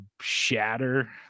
shatter